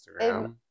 Instagram